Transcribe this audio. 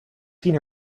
seen